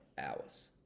hours